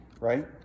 right